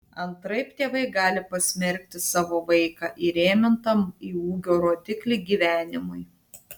antraip tėvai gali pasmerkti savo vaiką įrėmintam į ūgio rodiklį gyvenimui